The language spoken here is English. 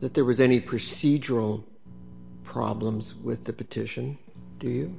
that there was any procedural problems with the petition do you